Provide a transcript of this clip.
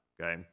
okay